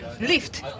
lift